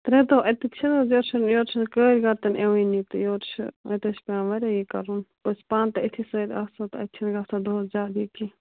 ترٛےٚ دۄہ اَتِکۍ چھِ نہَ حظ یورٕ چھِنہٕ یورٕ چھِنہٕ کٲرۍ گَر تہِ نہٕ یِوانٕے تہٕ یورِ چھِ اَتہِ حظ چھُ پٮ۪وان وارِیاہ یہِ کَرُن بہٕ چھُس پانہٕ تہِ أتھی سۭتۍ آسان تہٕ اَتہِ چھُنہٕ گَژھان دۄہس زیادٕ یہِ کیٚنٛہہ